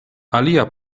alia